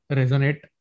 resonate